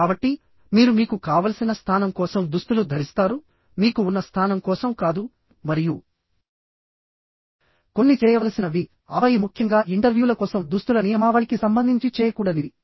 కాబట్టి మీరు మీకు కావలసిన స్థానం కోసం దుస్తులు ధరిస్తారు మీకు ఉన్న స్థానం కోసం కాదు మరియు కొన్ని చేయవలసినవి ఆపై ముఖ్యంగా ఇంటర్వ్యూల కోసం దుస్తుల నియమావళికి సంబంధించి చేయకూడనివి